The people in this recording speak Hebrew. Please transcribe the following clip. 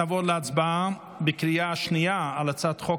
נעבור להצבעה בקריאה שנייה על הצעת חוק